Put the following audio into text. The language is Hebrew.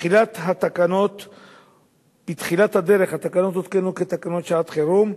בתחילת הדרך התקנות הותקנו כתקנות שעת-חירום,